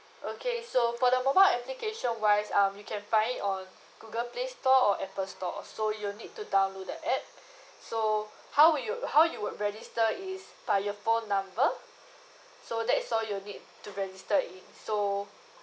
okay so for the mobile application wise um you can find it on google play store or apple store so you'll need to download the app so how would you how you would register is by your phone number so that so you need to register in so